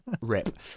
Rip